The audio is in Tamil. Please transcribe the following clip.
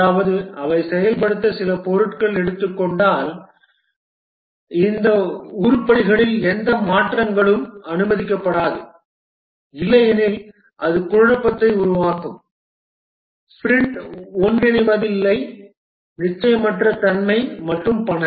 அதாவது அவை செயல்படுத்த சில பொருட்களை எடுத்துக் கொண்டால் இந்த உருப்படிகளில் எந்த மாற்றங்களும் அனுமதிக்கப்படாது இல்லையெனில் அது குழப்பத்தை உருவாக்கும் ஸ்பிரிண்ட் ஒன்றிணைவதில்லை நிச்சயமற்ற தன்மை மற்றும் பல